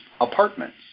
apartments